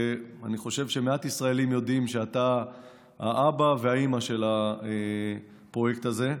ואני חושב שמעט ישראלים יודעים שאתה האבא והאימא של הפרויקט הזה.